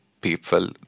people